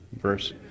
verse